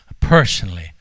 personally